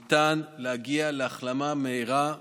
ניתן להגיע להחלמה מהירה ומלאה,